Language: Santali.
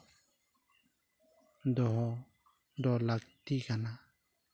ᱫᱚᱦᱚ ᱫᱚ ᱞᱟᱹᱠᱛᱤ ᱠᱟᱱᱟ